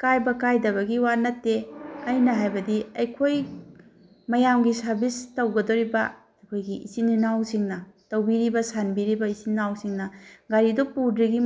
ꯀꯥꯏꯕ ꯀꯥꯏꯗꯕꯒꯤ ꯋꯥ ꯅꯠꯇꯦ ꯑꯩꯅ ꯍꯥꯏꯕꯗꯤ ꯑꯩꯈꯣꯏ ꯃꯌꯥꯝꯒꯤ ꯁꯥꯔꯕꯤꯁ ꯇꯧꯒꯗꯣꯔꯤꯕ ꯑꯩꯈꯣꯏꯒꯤ ꯏꯆꯤꯟ ꯏꯅꯥꯎꯁꯤꯡꯅ ꯇꯧꯕꯤꯔꯤꯕ ꯁꯥꯟꯕꯤꯔꯤꯕ ꯏꯆꯤꯟ ꯏꯅꯥꯎꯁꯤꯡꯅ ꯒꯥꯔꯤꯗꯨ ꯄꯨꯗ꯭ꯔꯤꯉꯩꯒꯤ